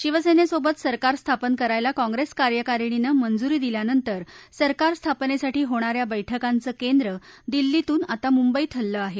शिवसेनेसोबत सरकार स्थापन करायला काँप्रेस कार्यकारिणीनं मंजुरी दिल्यानंतर सरकार स्थापनेसाठी होणा या बैठकांचं केंद्र दिल्लीतून आता मुंबईत हललं आहे